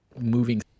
moving